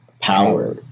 power